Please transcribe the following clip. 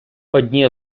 одні